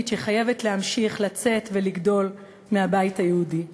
שחייבת להמשיך לצאת מהבית היהודי ולגדול,